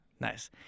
Nice